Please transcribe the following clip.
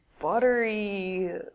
buttery